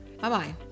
Bye-bye